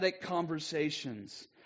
conversations